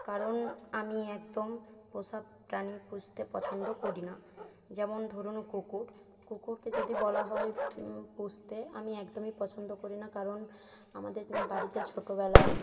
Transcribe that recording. কারণ আমি একদম পোষা প্রাণী পুষতে পছন্দ করি না যেমন ধরুন কুকুর কুকুরকে যদি বলা হয় পুষতে আমি একদমই পছন্দ করি না কারণ আমাদের বাড়িতে ছোটোবেলায়